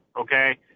Okay